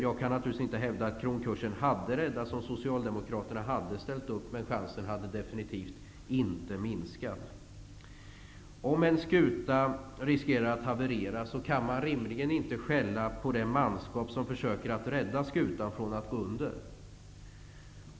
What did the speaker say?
Jag kan naturligtvis inte hävda att kronkursen hade räddats, om Socialdemokraterna hade ställt upp, men chanserna hade definitivt inte minskat. Om en skuta riskerar att haverera kan man rimligtvis inte skälla på den manskap som försöker rädda skutan för att gå under.